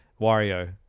Wario